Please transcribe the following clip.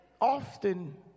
often